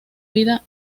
vida